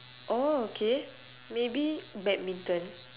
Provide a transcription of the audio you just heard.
oh okay maybe badminton